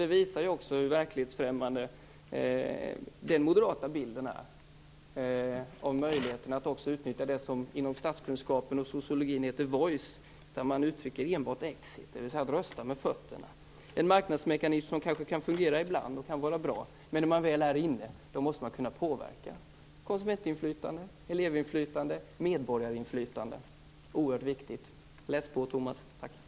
Det visar också hur verklighetsfrämmande den moderata bilden är när det gäller möjligheten att utnyttja det som inom statskunskapen och sociologin kallas voice där man uttrycker enbart exit - dvs. att rösta med fötterna. Det är en marknadsmekanism som kanske kan fungera och vara bra i ett land, men när man väl är inne, måste man kunna påverka. Det gäller konsumentinflytande, elevinflytande, medborgarinflytande. Det är oerhört viktigt. Läs på, Tomas Högström!